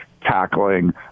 tackling